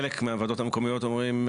חלק מהוועדות המקומיות אומרים,